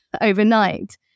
overnight